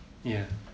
ya